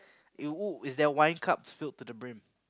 uh !woo! is that wine cup filled to the brim